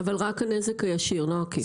אבל רק הנזק הישיר, לא העקיף.